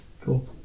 cool